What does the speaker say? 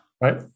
Right